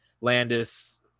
landis